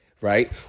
right